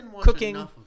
cooking